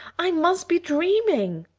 i must be dreaming.